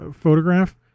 photograph